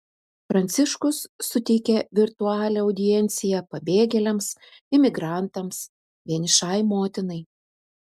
pranciškus suteikė virtualią audienciją pabėgėliams imigrantams vienišai motinai